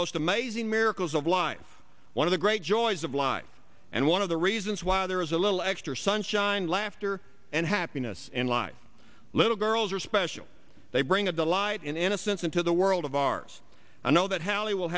most amazing miracles of life one of the great joys of life and one of the reasons why there is a little extra sunshine laughter and happiness in life little girls are special they bring a delight in innocence into the world of ours and know that how they will